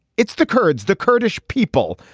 it's the kurds the kurdish people.